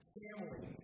family